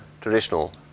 traditional